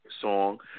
song